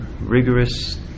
rigorous